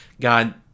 God